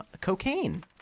cocaine